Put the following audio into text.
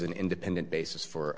an independent basis for